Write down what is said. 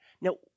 Now